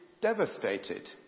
devastated